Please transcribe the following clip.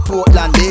Portland